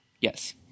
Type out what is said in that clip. Yes